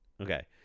Okay